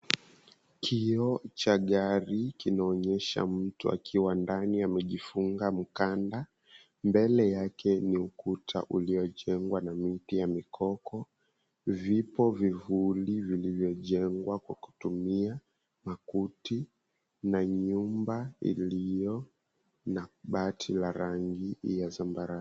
Kioo cha gari kinaonyesha mtu akiwa ndani ya amejifunga mkanda. Mbele yake ni ukuta uliojengwa na miti ya mikoko. Vipo vivuli vilivyojengwa kwa kutumia makuti na nyumba iliyo na bati la rangi ya zambarao.